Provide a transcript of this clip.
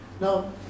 Now